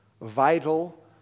vital